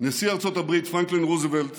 נשיא ארצות הברית פרנקלין רוזוולט